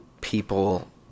people